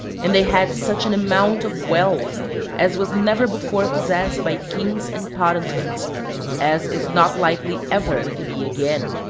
and they had such an amount of wealth as was never before possessed by kings and potentates as is not likely ever to be again.